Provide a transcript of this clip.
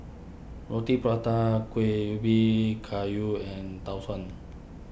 Roti Prata Kuih Ubi Kayu and Tau Suan